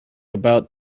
about